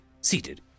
seated